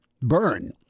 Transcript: burn